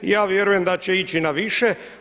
I ja vjerujem da će ići na više.